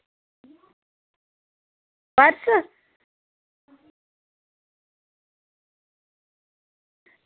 purse